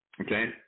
okay